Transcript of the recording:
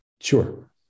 Sure